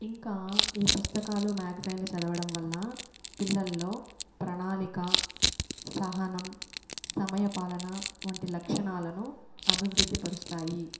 ఇంకా ఈ పుస్తకాలు మ్యాగజైన్లు చదవడం వల్ల పిల్లల్లో ప్రణాళిక సహనం సమయ పాలన వంటి లక్షణాలను అభివృద్ధి పరుస్తాయి